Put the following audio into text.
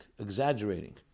exaggerating